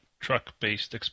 truck-based